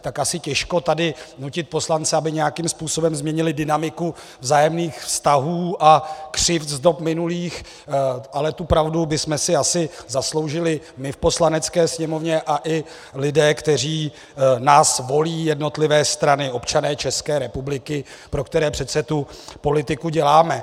Tak asi těžko tady nutit poslance, aby nějakým způsobem změnili dynamiku vzájemných vztahů a křivd z dob minulých, ale pravdu bychom si asi zasloužili my v Poslanecké sněmovně a i lidé, kteří nás volí, jednotlivé strany, občané České republiky, pro které přece politiku děláme.